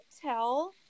tell